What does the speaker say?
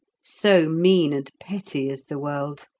so mean and petty is the world!